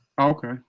okay